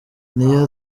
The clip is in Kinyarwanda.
n’iyo